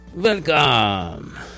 Welcome